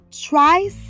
Try